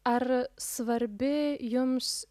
ar svarbi jums